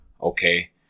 okay